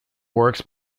works